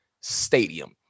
Stadium